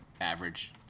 average